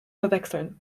verwechseln